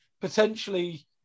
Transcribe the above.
potentially